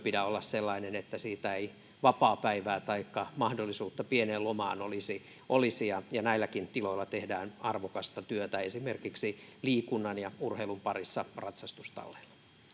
pidä olla sellainen että siitä ei vapaapäivää taikka mahdollisuutta pieneen lomaan olisi olisi näilläkin tiloilla tehdään arvokasta työtä esimerkiksi liikunnan ja urheilun parissa ratsastustalleilla